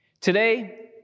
Today